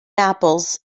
naples